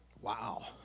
wow